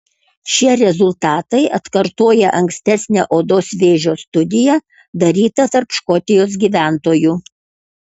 šie rezultatai atkartoja ankstesnę odos vėžio studiją darytą tarp škotijos gyventojų